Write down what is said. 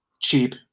cheap